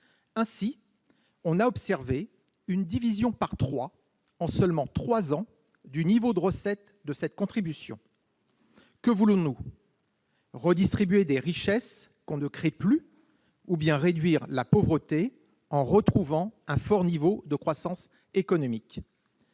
Ainsi a-t-on observé une division par trois, en seulement trois ans, du montant de recettes de cette contribution. Que voulons-nous ? Redistribuer des richesses que l'on ne crée plus ou bien réduire la pauvreté en retrouvant un fort niveau de croissance économique ?